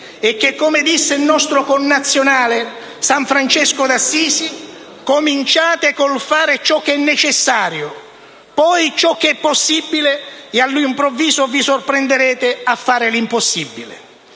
e che, come disse un nostro connazionale, «tale» San Francesco d'Assisi: «Cominciate col fare ciò che è necessario, poi ciò che è possibile. E all'improvviso vi sorprenderete a fare l'impossibile».